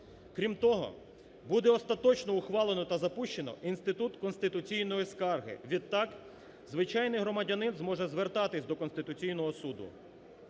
Крім того, буде остаточно ухвалено та запущено інститут конституційної скарги, відтак звичайний громадянин зможе звертатись до Конституційного Суду.